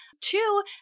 Two